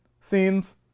scenes